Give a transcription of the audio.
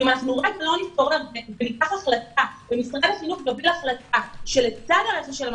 אם אנחנו לא ניקח החלטה ומשרד החינוך יוביל החלטה שלצד הרכש של הילדים,